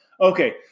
Okay